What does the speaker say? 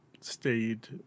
stayed